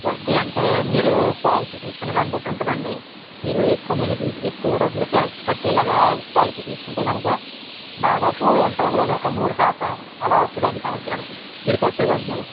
వడ్డీ అంటే మీరు పాలసీ తీసుకున్న దాన్ని బట్టి ఉంటుందండి మీరు ఎక్కువ మనీ తీస్ ఎక్కువ డబ్బులు కట్టేలాగా పాలసీ తీసుకుంటే కనుక దాదాపు ఎంత ఉండదండి ఒక మూడు శాతం అలా వస్తుంది అండి సంవత్సరానికి మీరు కట్టేదానిమీద